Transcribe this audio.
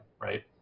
right